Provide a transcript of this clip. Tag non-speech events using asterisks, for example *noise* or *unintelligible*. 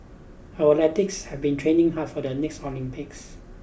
our *unintelligible* have been training hard for the next Olympics